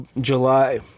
July